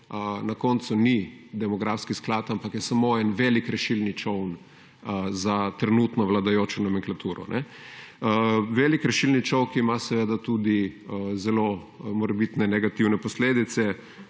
na koncu ni demografski sklad, ampak je samo en velik rešilni čoln za trenutno vladajočo nomenklaturo. Velik rešilni čoln, ki ima tudi zelo morebitne negativne posledice.